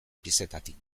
piezetatik